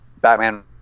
Batman